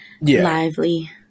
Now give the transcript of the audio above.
lively